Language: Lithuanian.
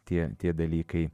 tie tie dalykai